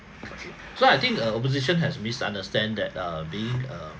okay so I think the opposition has misunderstand that err being err